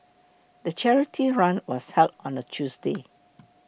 the charity run was held on a Tuesday